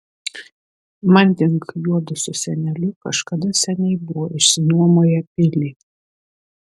manding juodu su seneliu kažkada seniai buvo išsinuomoję pilį